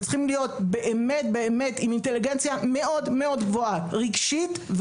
הם צריכים להיות באמת עם אינטליגנציה מאוד גבוהה רגשית,